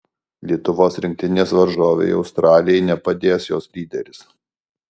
lietuvos rinktinės varžovei australijai nepadės jos lyderis